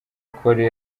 korea